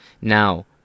Now